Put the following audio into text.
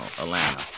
Atlanta